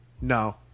No